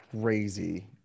crazy